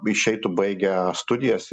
išeitų baigę studijas